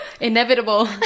Inevitable